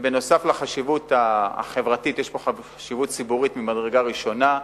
בנוסף לחשיבות החברתית יש פה חשיבות ציבורית ממדרגה ראשונה,